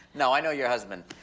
no, i know your husband,